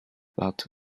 but